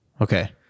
Okay